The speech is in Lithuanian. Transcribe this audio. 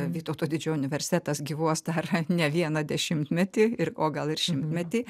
vytauto didžiojo universitetas gyvuos dar ne vieną dešimtmetį ir o gal ir šimtmetį